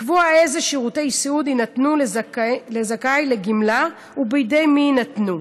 לקבוע איזה שירותי סיעוד יינתנו לזכאי לגמלה ובידי מי יינתנו.